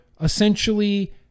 essentially